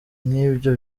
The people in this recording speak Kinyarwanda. nk’ibyo